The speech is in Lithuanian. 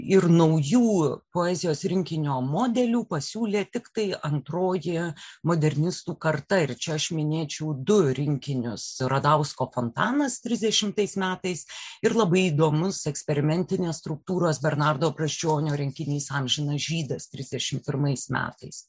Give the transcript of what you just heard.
ir naujųjų poezijos rinkinio modelių pasiūlė tiktai antroji modernistų karta ir čia aš minėčiau du rinkinius radausko fontanas trisdešimtais metais ir labai įdomus eksperimentinės struktūros bernardo brazdžionio rinkinys amžinas žydas trisdešimt pirmais metais